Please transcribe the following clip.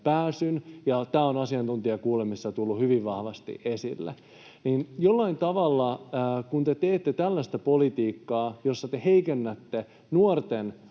tämä on asiantuntijakuulemisissa tullut hyvin vahvasti esille. Kun te teette tällaista politiikkaa, jossa te heikennätte nuorten